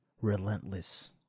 relentless